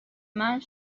مند